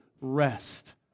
rest